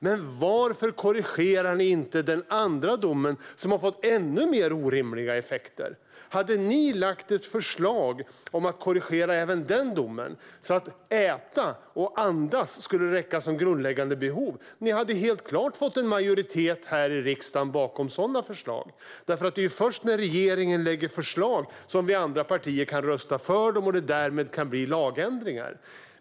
Men varför korrigerar ni inte den andra domen, som har fått ännu mer orimliga effekter? Hade ni lagt fram förslag om att korrigera även den domen så att äta och andas skulle räknas som grundläggande behov hade ni helt klart fått en majoritet här i riksdagen bakom sådana förslag. Det är ju först när regeringen lägger fram förslag som vi andra partier kan rösta för dem och det därmed kan bli lagändringar.